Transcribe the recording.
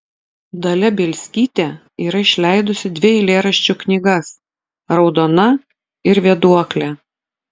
dalia bielskytė yra išleidusi dvi eilėraščių knygas raudona ir vėduoklė